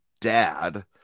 dad